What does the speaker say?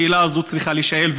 השאלה הזו צריכה להישאל.